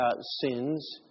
sins